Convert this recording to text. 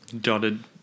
dotted